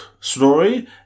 story